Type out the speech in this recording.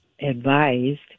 advised